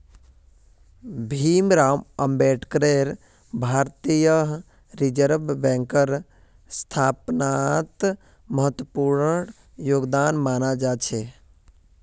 भीमराव अम्बेडकरेर भारतीय रिजर्ब बैंकेर स्थापनात महत्वपूर्ण योगदान माना जा छे